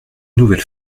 nouvelle